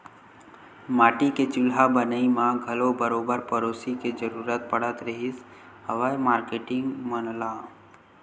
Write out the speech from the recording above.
माटी के चूल्हा बनई म घलो बरोबर पेरोसी के जरुरत पड़त रिहिस हवय मारकेटिंग मन ल